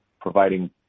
providing